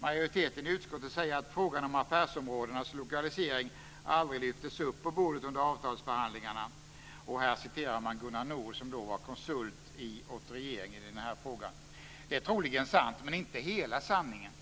Majoriteten i utskottet säger att frågan om affärsområdenas lokalisering aldrig lyftes upp på bordet under avtalsförhandlingarna. Här citerar man Gunnar Nord, som då var konsult åt regeringen i den här frågan. Det är troligen sant, men inte hela sanningen.